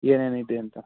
ಏನೇನು ಇದೆ ಅಂತ